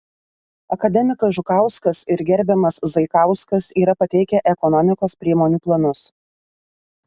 akademikas žukauskas ir gerbiamas zaikauskas yra pateikę ekonomikos priemonių planus